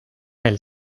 vahel